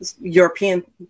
European